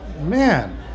Man